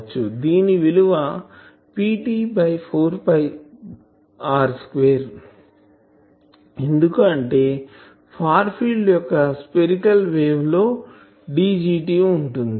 దీని విలువ Pt by 4R 2 ఎందుకు అంటే ఫార్ ఫీల్డ్ యొక్క స్పెరికాల్ వేవ్ లో Dgt వుంటుంది